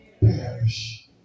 Perish